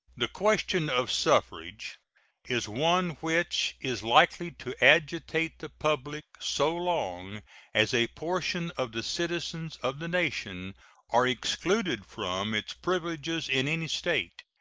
the question of suffrage is one which is likely to agitate the public so long as a portion of the citizens of the nation are excluded from its privileges in any state.